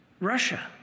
Russia